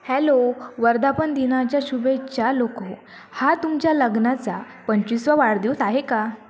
hello वर्धापन दिनाच्या शुभेच्छा लोकहो हा तुमच्या लग्नाचा पंचविसावा वाढदिवस आहे का